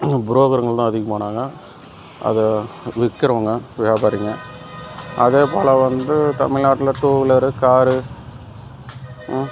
ப்ரோக்கருங்களும் அதிகமானாங்க அதை விற்கிறவங்க வியாபாரிங்கள் அதே போல் வந்து தமிழ் நாட்டில் டூ வீலரு காரு